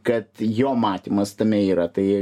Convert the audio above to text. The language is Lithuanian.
kad jo matymas tame yra tai